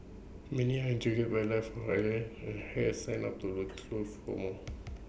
many are intrigued by life on the island and have signed up tours to for more